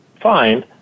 fine